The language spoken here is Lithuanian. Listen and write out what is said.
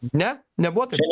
ne nebuvo taip